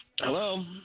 Hello